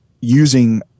using